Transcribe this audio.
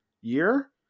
year